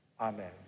Amen